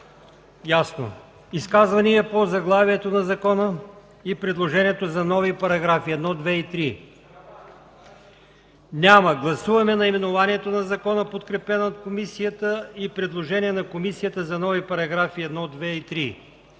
ли изказвания по заглавието на закона и предложението за нови параграфи 1, 2 и 3? Няма. Гласуваме наименованието на закона, подкрепено от комисията, и предложение на комисията за нови параграфи 1, 2 и 3